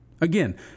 Again